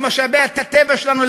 את משאבי הטבע שלנו,